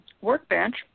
workbench